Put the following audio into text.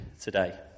today